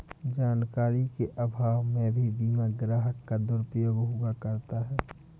जानकारी के अभाव में भी बीमा ग्राहक का दुरुपयोग हुआ करता है